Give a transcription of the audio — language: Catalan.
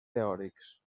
teòrics